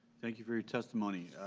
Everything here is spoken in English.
thank you for your testimony.